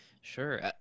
sure